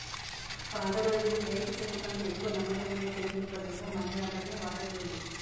పాతరోజుల్లో బ్యేంకు చెక్కుకంటే ఎక్కువ నమ్మకమైన చెల్లింపు పద్ధతిగా మనియార్డర్ ని వాడేటోళ్ళు